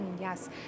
Yes